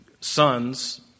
sons